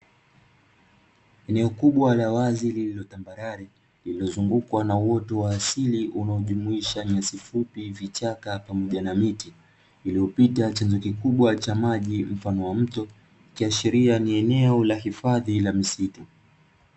Eneo kubwa la wazi lililotambalale lililozungukwa na uoto wa asili unaojumuisha yasi fupi, vichaka, pamoja na miti iliyopita chanzo kikubwa cha maji mfano wa mto ikiashiria ni eneo la hifadhi ya misitu.